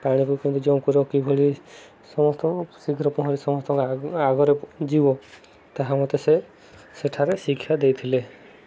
ପାଣିକୁ କେମିତି ଜମ୍ପ୍ କରିବ କିଭଳି ସମସ୍ତଙ୍କୁ ଶୀଘ୍ର ପହଁରି ସମସ୍ତଙ୍କୁ ଆଗରେ ଯିବ ତାହା ମତେ ସେ ସେଠାରେ ଶିକ୍ଷା ଦେଇଥିଲେ